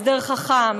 הסדר חכם,